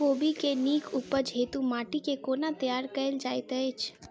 कोबी केँ नीक उपज हेतु माटि केँ कोना तैयार कएल जाइत अछि?